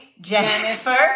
Jennifer